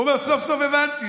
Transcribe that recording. הוא אומר: סוף-סוף הבנתי,